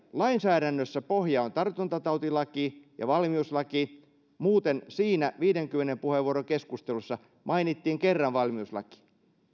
lainsäädännössä pohjana on tartuntatautilaki ja valmiuslaki muuten siinä viidenkymmenen puheenvuoron keskustelussa mainittiin kerran valmiuslaki